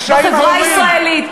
רשעים גמורים.